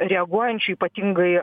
reaguojančių ypatingai